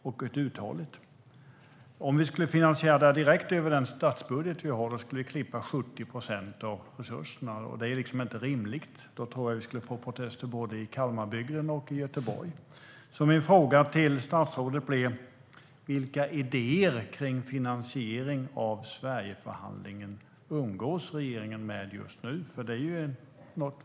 Om man skulle finansiera projektet direkt över statsbudgeten skulle man lägga beslag på över 70 procent av resurserna, och det är inte rimligt. Då skulle vi få protester både i Kalmarbygden och i Göteborg. Min fråga till statsrådet blir: Vilka idéer kring finansiering av Sverigeförhandlingen umgås regeringen med just nu?